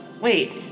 Wait